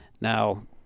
now